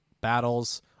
battles